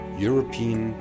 European